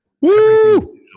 Woo